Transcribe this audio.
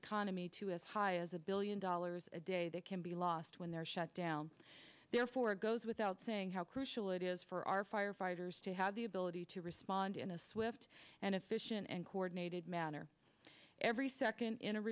economy to as high as a billion dollars a day that can be lost when they're shut down therefore it goes without saying how crucial it is for our firefighters to have the ability to respond in a swift and efficient and coordinated manner every second in a